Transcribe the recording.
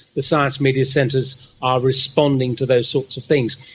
the science media centres are responding to those sorts of things.